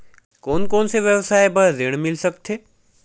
कोन कोन से व्यवसाय बर ऋण मिल सकथे?